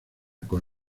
con